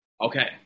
Okay